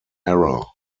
error